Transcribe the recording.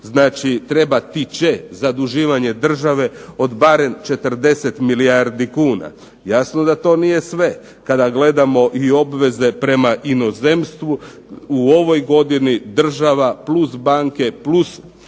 znači trebati će zaduživanje države od barem 40 milijardi kuna. Jasno da to nije sve. Kada gledamo i obveze prema inozemstvu u ovoj godini država, plus banke, plus